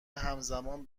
همزمان